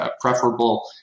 preferable